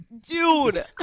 Dude